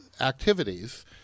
activities